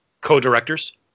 Co-directors